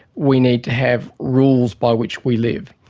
we need to have rules by which we live,